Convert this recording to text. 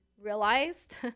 realized